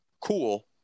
Cool